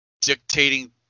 dictating